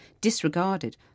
disregarded